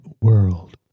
world